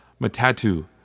Matatu